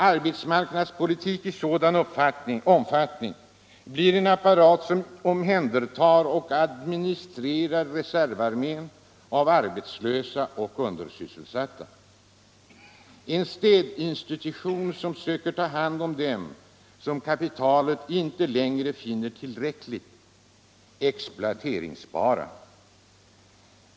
Arbetsmarknadspolitik i sådan omfattning blir en apparat som omhändertar och administrerar reservarmén av arbetslösa och undersysselsatta; en städinstitution som söker ta hand om dem som kapitalet inte längre finner tillräckligt exploateringsbara.